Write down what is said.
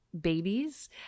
babies